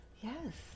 Yes